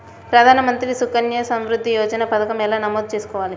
ప్రధాన మంత్రి సుకన్య సంవృద్ధి యోజన పథకం ఎలా నమోదు చేసుకోవాలీ?